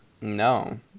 no